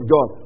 God